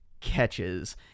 catches